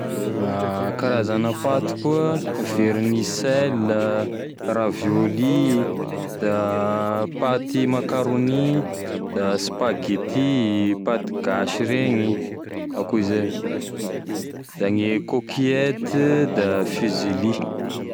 Karazana paty koa: vermicelle a, ravioli, da paty macaroni, da spaghetti, paty gasy regny akoa izay, da gne coquillette da fusilli.